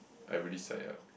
I really sign up